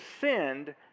send